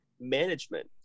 management